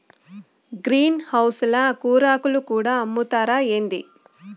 green house ల కూరాకులు కూడా అమ్ముతారా ఏంది